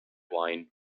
wine